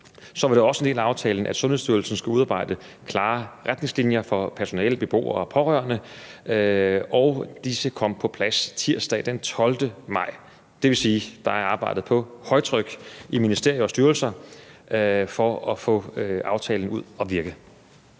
Så var det også en del af aftalen, at Sundhedsstyrelsen skal udarbejde klare retningslinjer for personale, beboere og pårørende, og disse kom på plads tirsdag den 12. maj. Det vil sige, at der er arbejdet på højtryk i ministerier og styrelser for at få aftalen ud at virke.